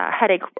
headache